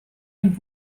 ein